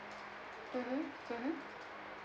mmhmm mmhmm